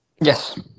Yes